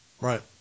Right